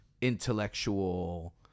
intellectual